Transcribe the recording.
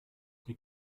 die